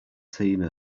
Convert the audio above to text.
tina